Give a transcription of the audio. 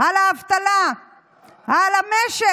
שלנו.